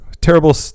Terrible